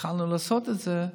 כשהתחלנו לעשות את זה,